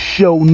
Show